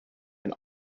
and